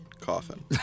coffin